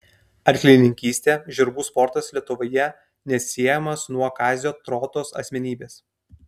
arklininkystė žirgų sportas lietuvoje neatsiejamas nuo kazio trotos asmenybės